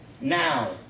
now